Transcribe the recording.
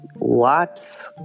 lots